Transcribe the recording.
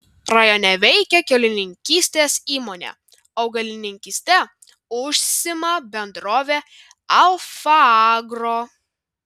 rajone veikia kiaulininkystės įmonė augalininkyste užsiima bendrovė alfa agro